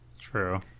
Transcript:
True